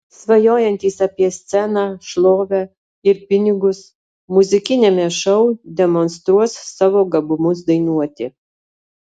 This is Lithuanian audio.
svajojantys apie sceną šlovę ir pinigus muzikiniame šou demonstruos savo gabumus dainuoti